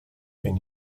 been